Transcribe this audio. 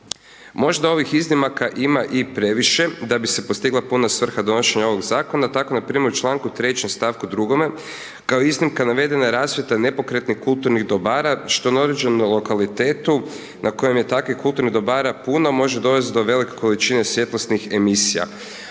Možda ovih iznimaka ima i previše da bi se postigla puna svrha donošenja ovog Zakona. Tako npr. u čl. 3. st. 2. kao iznimka navedena je rasvjeta nepokretnih kulturnih dobara, što na određenom lokalitetu, na kojem je takvih kulturnih dobara puno, može dovesti do velike količine svjetlosnih emisija.